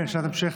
כן, שאלת המשך.